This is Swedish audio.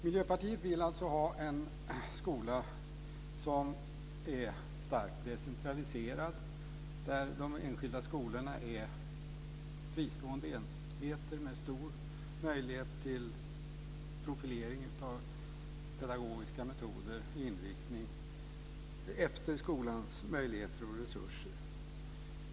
Miljöpartiet vill alltså ha en skola som är starkt decentraliserad, där de enskilda skolorna är fristående enheter med stor möjlighet till profilering av pedagogiska metoder och inriktning, efter skolans möjligheter och resurser.